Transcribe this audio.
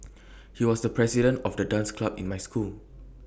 he was the president of the dance club in my school